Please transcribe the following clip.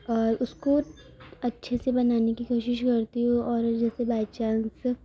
اور اس کو اچھے سے بنانے کی کوشش کرتی ہوں اور جیسے بائی چانس